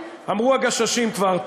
אמרו "הגששים" כבר,